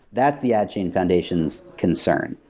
that's the adchain foundation's concern.